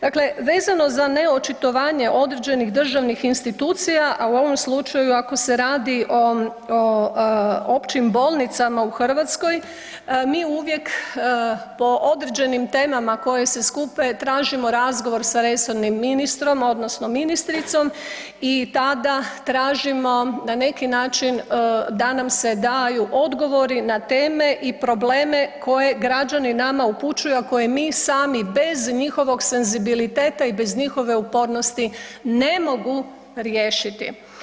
Dakle, vezano za neočitovanje određenih državnih institucija, a u ovom slučaju ako se radi o općim bolnicama u Hrvatskoj mi uvijek po određenim temama koje se skupe tražimo razgovor sa resornim ministrom odnosno ministricom i tada tražimo na neki način da nam se daju odgovori na teme i probleme koje građani nama upućuju, a koje mi sami bez njihovog senzibiliteta i bez njihove upornosti ne mogu riješiti.